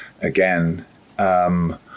again